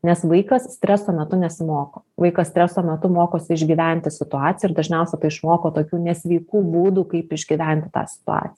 nes vaikas streso metu nesimoko vaiko streso metu mokosi išgyventi situaciją ir dažniausiai tai išmoko tokių nesveikų būdų kaip išgyventi tą situaciją